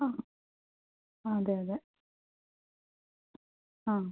ആ അതെ അതെ ആ